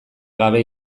gabe